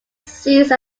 ceased